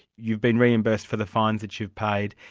you've been reimbursed for the fines that you've paid,